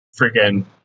freaking